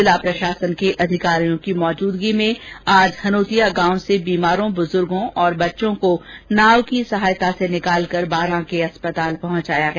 जिला प्रशासन के अधिकारियों की मौजूदगी में अजा हनोतिया गांव से बीमारों बुजुर्गों और बच्चों को नाव की सहायता से निकाल कर बारा के अस्पताल पहुंचाया गया